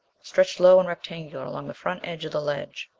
stretched low and rectangular along the front edge of the ledge.